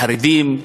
החרדים,